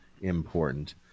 important